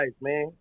man